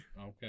Okay